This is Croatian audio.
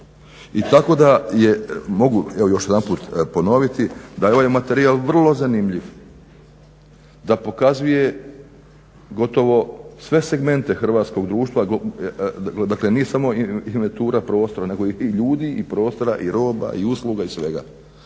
i tako da je mogu evo još jedanput da je ovaj materijal vrlo zanimljiv, da pokazuje gotovo sve segmente hrvatskog društva, dakle nije samo inventura prostora nego i ljudi i prostora i roba i usluga i svega.